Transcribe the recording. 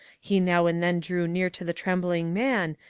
he now and then drew near to the trembling man,